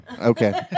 Okay